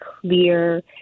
clear